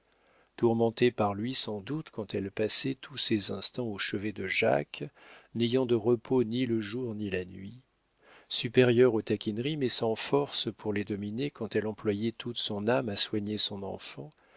tourmentée par lui sans doute quand elle passait tous ses instants au chevet de jacques n'ayant de repos ni le jour ni la nuit supérieure aux taquineries mais sans force pour les dominer quand elle employait toute son âme à soigner son enfant